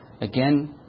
Again